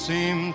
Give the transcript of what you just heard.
Seem